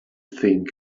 thing